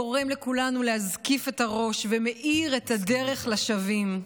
גורם לכולנו להזקיף את הראש ומאיר את הדרך לשבים.